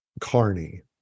carney